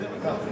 הצעה לסדר-היום.